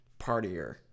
partier